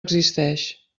existeix